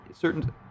certain